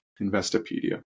Investopedia